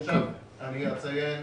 אני אציין